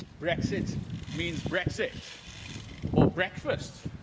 brexit means brexit or breakfast,